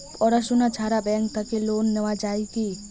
পড়াশুনা ছাড়া ব্যাংক থাকি লোন নেওয়া যায় কি?